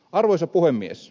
arvoisa puhemies